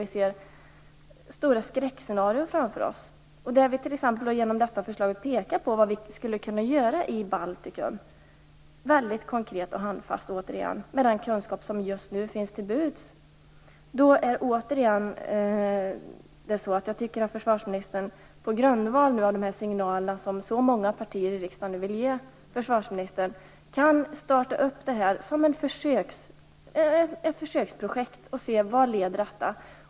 Vi ser stora skräcksenarier framför oss. Genom t.ex. detta förslag pekar vi på vad som skulle kunna göras i Baltikum - mycket konkret och handfast - med den kunskap som nu står till buds. Därför tycker jag att försvarsministern, på grundval av de signaler som så många partier i riksdagen nu ger försvarsministern, kan starta det här som ett försöksprojekt och se vart det leder.